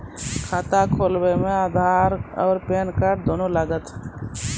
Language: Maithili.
खाता खोलबे मे आधार और पेन कार्ड दोनों लागत?